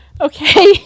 Okay